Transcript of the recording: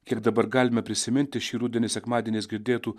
kiek dabar galime prisiminti šį rudenį sekmadieniais girdėtų